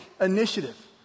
initiative